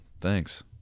thanks